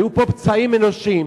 היו פה פצעים אנושים,